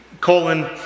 Colon